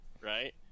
right